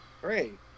Great